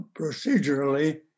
procedurally